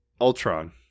Ultron